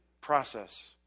process